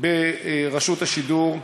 ברשות השידור.